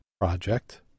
project